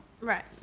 Right